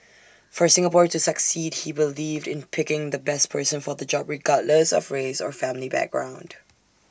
for Singapore to succeed he believed in picking the best person for the job regardless of race or family background